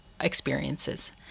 experiences